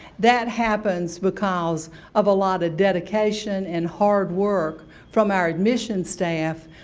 that happens because of a lot of dedication and hard work from our admissions staff,